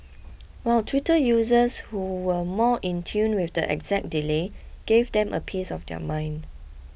while Twitter users who were more in tune with the exact delay gave them a piece of their mind